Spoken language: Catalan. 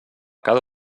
cada